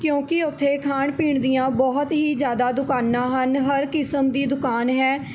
ਕਿਉਂਕਿ ਉੱਥੇ ਖਾਣ ਪੀਣ ਦੀਆਂ ਬਹੁਤ ਹੀ ਜ਼ਿਆਦਾ ਦੁਕਾਨਾਂ ਹਨ ਹਰ ਕਿਸਮ ਦੀ ਦੁਕਾਨ ਹੈ